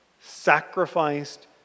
sacrificed